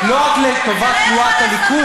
יבוא מהר לא רק לטובת תנועת הליכוד,